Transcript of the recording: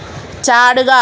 ചാടുക